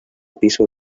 piso